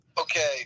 Okay